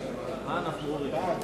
ההצעה להעביר את